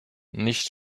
nicht